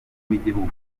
w’igihugu